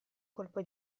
colpo